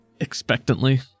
expectantly